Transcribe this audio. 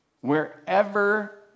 Wherever